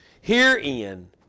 Herein